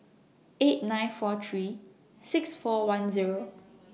eight nine four three six four one Zero